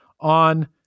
on